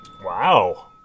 Wow